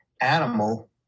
animal